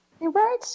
Right